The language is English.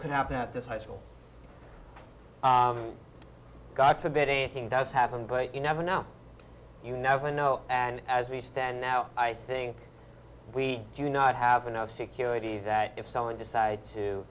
can happen at this high school god forbid anything does happen but you never know you never know and as we stand now i think we do not have enough security that if someone decides to